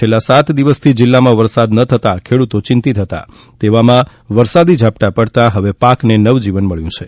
છેલ્લાં સાત દિવસથી જિલ્લામાં વરસાદ ન થતા ખેડ્તો ચિંતિંત હતા તેવામાં વરસાદી ઝાપટા પડતા હવે પાકને નવજીવન મળ્યું છે